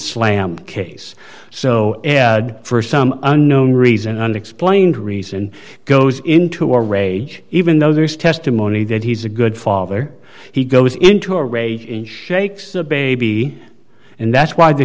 slam case so st some unknown reason unexplained reason goes into a rage even though there's testimony that he's a good father he goes into a rage and shakes the baby and that's why the